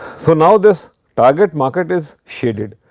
so, now, this target market is shaded.